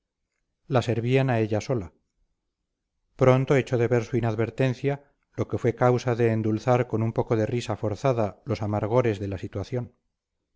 la servían a ella sola pronto echó de ver su inadvertencia lo que fue causa de endulzar con un poco de risa forzada los amargores de la situación